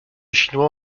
chinois